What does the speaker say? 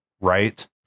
right